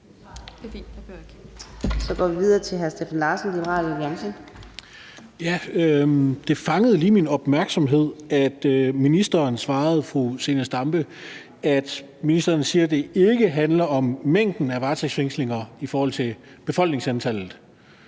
Det fangede lige min opmærksomhed, at ministeren svarede fru Zenia Stampe, at det ikke handler om mængden af varetægtsfængslinger i forhold til befolkningsantallet.